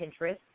Pinterest